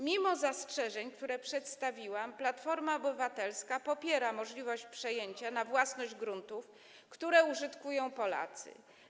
Mimo zastrzeżeń, które przedstawiłam, Platforma Obywatelska popiera możliwość przejęcia na własność gruntów, które użytkują Polacy.